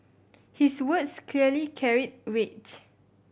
his words clearly carried weight